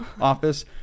office